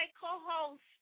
co-host